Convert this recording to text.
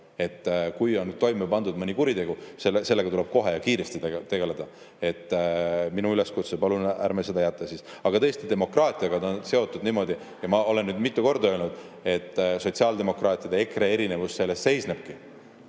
Kui on toime pandud mõni kuritegu, siis sellega tuleb kohe ja kiiresti tegeleda. Minu üleskutse: palun, ärme seda jäta. Aga tõesti, demokraatiaga ta on seotud niimoodi. Ma olen mitu korda öelnud, et sotsiaaldemokraatide ja EKRE erinevus selles seisnebki.